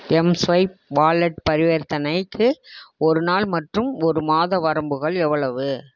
mSwipe wallet பரிவர்த்தனைக்கு ஒரு நாள் மற்றும் ஒரு மாத வரம்புகள் எவ்வளவு